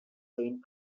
saint